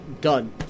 done